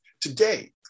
today